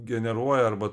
generuoja arba